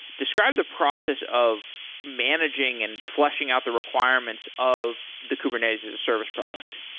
describe the process of managing and fleshing out the requirements of the kubernetes as a service product